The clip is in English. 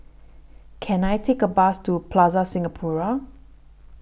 Can I Take A Bus to Plaza Singapura